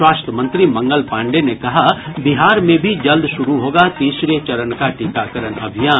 स्वास्थ्य मंत्री मंगल पांडेय ने कहा बिहार में भी जल्द शुरू होगा तीसरे चरण का टीकाकरण अभियान